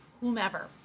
whomever